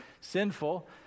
sinful